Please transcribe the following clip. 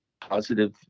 positive